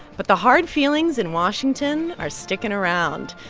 but the hard feelings in washington are sticking around.